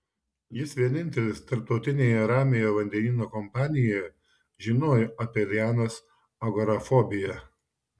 jis vienintelis tarptautinėje ramiojo vandenyno kompanijoje žinojo apie lianos agorafobiją